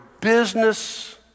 business